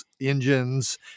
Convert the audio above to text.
engines